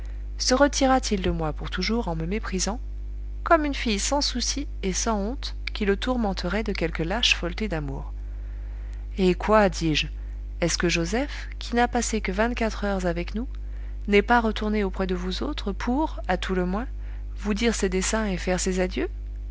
se retira t il de moi pour toujours en me méprisant comme une fille sans souci et sans honte qui le tourmenterait de quelque lâche folleté d'amour eh quoi dis-je est-ce que joseph qui n'a passé que vingt-quatre heures avec nous n'est pas retourné auprès de vous autres pour à tout le moins vous dire ses desseins et faire ses adieux